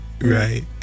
right